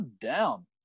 down